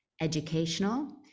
educational